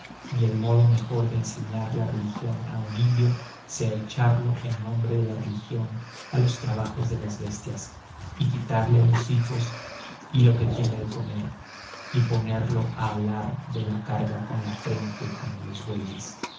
ni el modo mejor de enseñar la religión a un indio sea echarlo en nombre de la religión a los trabajos de las bestias y quitarle los hijos y lo que tiene de comer y ponerlo a halar de la carga con la frente como los bueyes